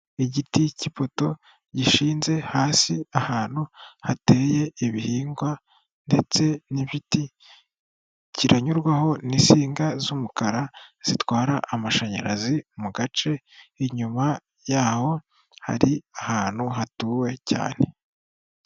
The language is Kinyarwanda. Igiti cy'ipoto gishinze hasi ahantu hateye ibihingwa ndetse n'ibiti kiranyurwaho n'insinga z'umukara zitwara amashanyarazi mu gace, inyuma yaho hari ahantu hatuwe cyane.